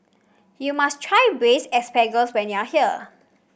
you must try Braised Asparagus when you are here